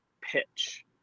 pitch